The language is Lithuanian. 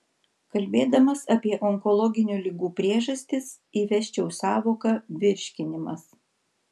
kalbėdamas apie onkologinių ligų priežastis įvesčiau sąvoką virškinimas